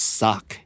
suck